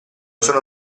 sono